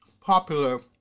popular